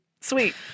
Sweet